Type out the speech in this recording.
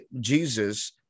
Jesus